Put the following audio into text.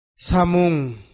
Samung